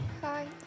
Hi